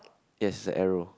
yes a arrow